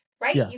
right